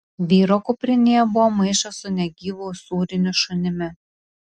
vyro kuprinėje buvo maišas su negyvu usūriniu šunimi